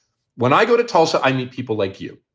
when i go to tulsa, i need people like you.